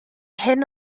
hyn